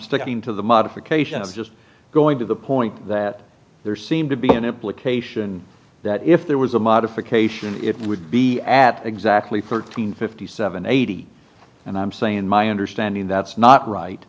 sticking to the modifications just going to the point that there seemed to be an implication that if there was a modification it would be at exactly thirteen fifty seven eighty and i'm saying my understanding that's not right